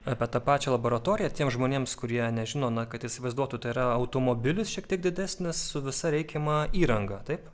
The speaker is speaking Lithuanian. apie tą pačią laboratoriją tiems žmonėms kurie nežino na kad įsivaizduotų tai yra automobilis šiek tiek didesnis su visa reikiama įranga taip